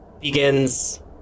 begins